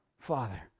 Father